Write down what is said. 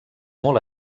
molt